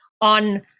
on